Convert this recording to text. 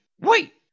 Wait